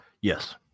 Yes